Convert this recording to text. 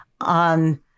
on